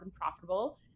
profitable